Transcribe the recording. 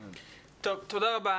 טוב, תודה רבה.